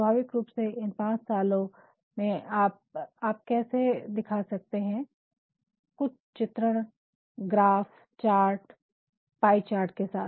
स्वभाविक रूप से इन ५ सालो आप कैसे दिखा सकते है कुछ चित्रण ग्राफ चार्ट्स पाई चार्ट्स के साथ